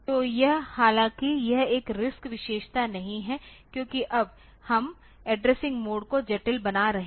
तो यह हालांकि यह एक RISC विशेषता नहीं है क्योंकि अब हम एड्रेसिंग मोड को जटिल बना रहे हैं